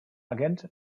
agent